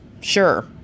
Sure